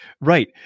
Right